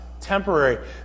temporary